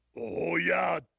oh yeah.